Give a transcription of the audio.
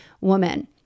woman